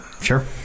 Sure